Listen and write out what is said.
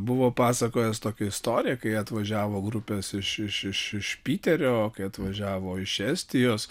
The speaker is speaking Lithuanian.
buvo pasakojęs tokią istoriją kai atvažiavo grupes iš iš iš piterio kai atvažiavo iš estijos